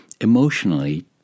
emotionally